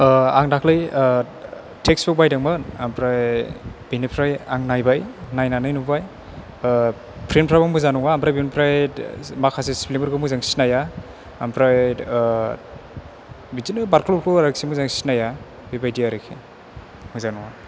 आं दाखालि text book बायदोंमोन ओमफ्राय बेनिफ्राय आं नायबाय नायनानै नुबाय प्रिन्टफ्राबो मोजां नङा ओमफ्राय बेनिफ्राय माखासे स्पिलिंफोरखौ मोजाङै सिनाया ओमफ्राय बिदिनो बारख्ल बुरख्ल आरोखि मोजाङै सिनाया बेबायदि आरोखि मोजां नङा